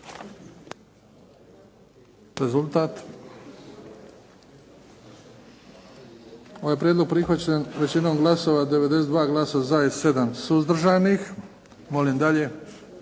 Rezultat? Ovaj je prijedlog prihvaćen većinom glasova, 92 glasa za i 7 suzdržanih. Molim dalje.